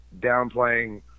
downplaying